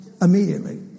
immediately